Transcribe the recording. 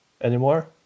anymore